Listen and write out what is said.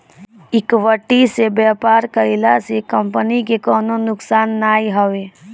equity से व्यापार कईला से कंपनी के कवनो नुकसान नाइ हवे